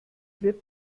wird